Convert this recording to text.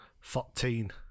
fourteen